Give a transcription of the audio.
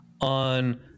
on